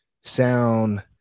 sound